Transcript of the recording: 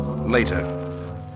later